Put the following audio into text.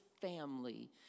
family